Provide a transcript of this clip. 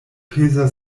peza